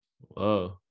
Whoa